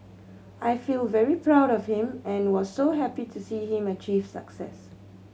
I feel very proud of him and was so happy to see him achieve success